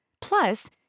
plus